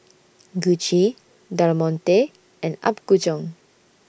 Gucci Del Monte and Apgujeong